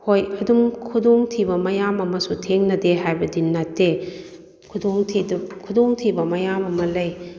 ꯍꯣꯏ ꯑꯗꯨꯝ ꯈꯨꯗꯣꯡꯊꯤꯕ ꯃꯌꯥꯝ ꯑꯃꯁꯨ ꯊꯦꯡꯅꯗꯦ ꯍꯥꯏꯕꯗꯤ ꯅꯠꯇꯦ ꯈꯨꯗꯣꯡꯊꯤꯕ ꯃꯌꯥꯝ ꯑꯃ ꯂꯩ